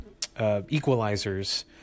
equalizers